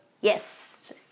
Yes